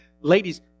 Ladies